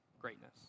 greatness